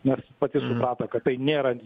nors pati suprato kad tai nėra